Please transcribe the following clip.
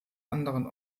anderen